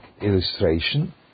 illustration